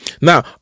now